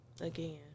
again